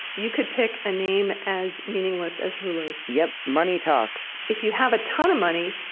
you could pick a name as meaningless as hulu. yep, money talks. if you have a ton of money,